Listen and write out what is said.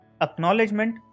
acknowledgement